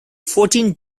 fourteen